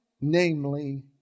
namely